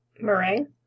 meringue